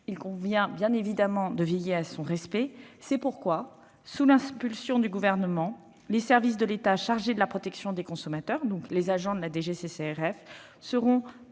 il convient bien évidemment de veiller à son respect. C'est pourquoi, sous l'impulsion du Gouvernement, les services de l'État chargés de la protection des consommateurs, c'est-à-dire les agents de la DGCCRF, seront pleinement